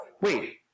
wait